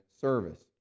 service